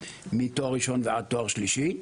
מתואר ראשון ועד תואר שלישי,